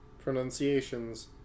pronunciations